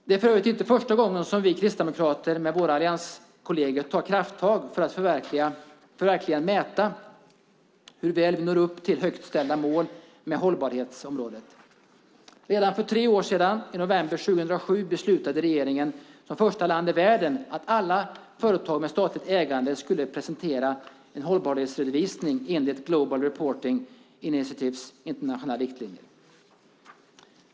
För övrigt är det inte första gången som vi kristdemokrater tillsammans med våra allianskolleger tar krafttag för att verkligen mäta hur väl vi når upp till högt satta mål på hållbarhetsområdet. Redan för tre år sedan, i november 2007, beslutade regeringen - Sverige var det första landet i världen som gjorde det - att alla företag med statligt ägande skulle presentera en hållbarhetsredovisning enligt Global Reporting Initiative och dess internationella riktlinjer.